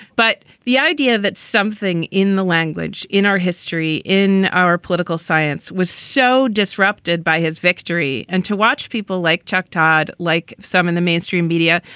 but the idea that something in the language in our history, in our political science was so disrupted by his victory and to watch people like chuck todd, like some in the mainstream media,